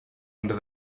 under